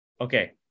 Okay